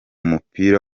mupira